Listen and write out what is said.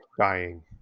dying